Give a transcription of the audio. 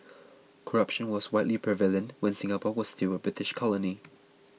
corruption was widely prevalent when Singapore was still a British colony